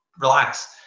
relax